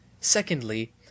Secondly